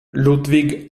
ludwig